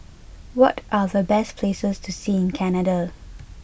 what are the best places to see in Canada